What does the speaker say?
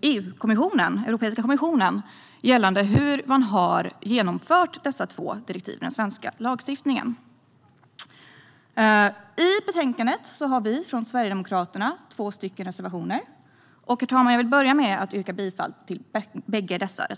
EU-kommissionen gällande hur de två direktiven har genomförts i den svenska lagstiftningen. I betänkandet har Sverigedemokraterna två reservationer, och jag vill börja med att yrka bifall till dem.